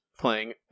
playing